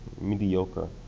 mediocre